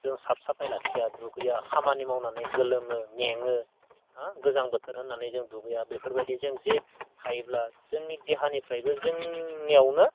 जों साफ साफाय लाखिया दुगैया खामानि मावनानै गोलोमो मेङो हा गोजां बोथोर होननानै जों दुगैया बेफोरबायदि जों जे थायोब्ला जोंनि देहानिफ्रायबो जोंनियावनो